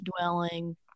dwelling